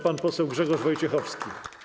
Pan poseł Grzegorz Wojciechowski.